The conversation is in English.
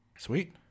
Sweet